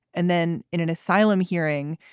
and then in an asylum hearing,